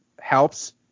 helps